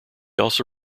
also